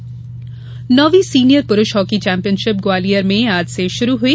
पुरूष हॉकी नौवी सीनियर पुरूष हॉकी चैंपियनशिप ग्वालियर में आज से शुरू हुई